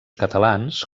catalans